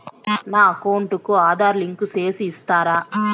నా అకౌంట్ కు ఆధార్ లింకు సేసి ఇస్తారా?